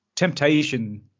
temptation